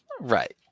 Right